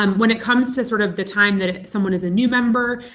um when it comes to sort of the time that if someone is a new member,